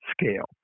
scale